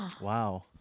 Wow